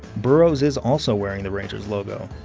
burroughs is also wearing the rangers logo.